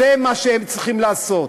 זה מה שהם צריכים לעשות.